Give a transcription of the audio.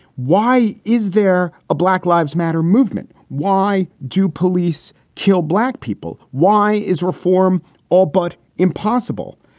why is there a black lives matter movement? why do police kill black people? why is reform all but impossible?